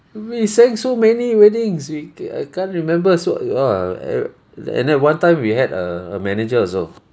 we sang so many weddings we ca~ I can't remember so !wah! e~ and at one time we had a a manager also